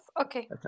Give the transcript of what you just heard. Okay